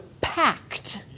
packed